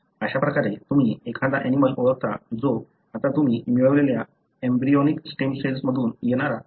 अशा प्रकारे तुम्ही एखादा ऍनिमलं ओळखता जो आता तुम्ही मिळवलेल्या एम्ब्रियोनिक स्टेम सेल्स मधून येणारा 50 जीनोम वाहून नेतो